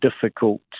difficult